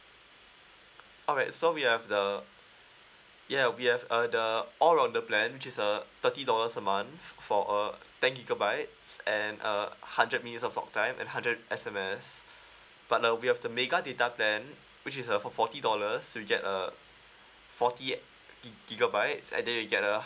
alright so we have the yeah we have uh the all on the plan which is a thirty dollars a month for uh ten gigabytes and uh hundred minutes of talk time and hundred S_M_S but uh we have the mega data plan which is uh for forty dollars you'll get uh forty eight gig~ gigabytes and then you get a